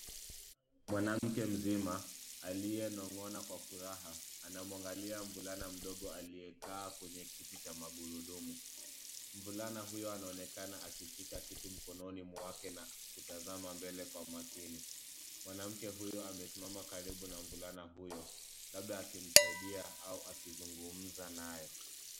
Mwanamke mzima, aliyenong'ona kwa furaha, anamwangalia mvulana mdogo aliyekaa kwenye kiti cha magurudumu. Mvulana huyo anaonekana akishika kitu mkononi mwake, na kutazama mbele kwa makini. Mwanamke huyu amesimama karibu na mvulana huyo, labda akimsaidia au akiungumza naye.